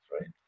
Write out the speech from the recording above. right